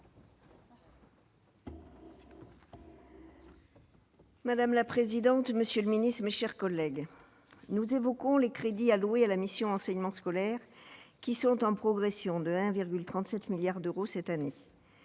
Madame la présidente, monsieur le Ministre, mes chers collègues, nous évoquons les crédits alloués à la mission enseignement scolaire qui sont en progression de 1,37 milliard d'euros cette année